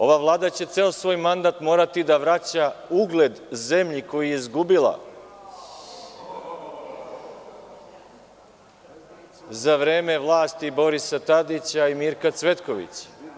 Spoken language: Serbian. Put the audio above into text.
Ova Vlada će ceo svoj mandat morati da vraća ugled zemlji koji je izgubila za vreme vlasti Borisa Tadića i Mirka Cvetkovića.